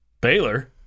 Baylor